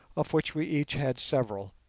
of which we each had several,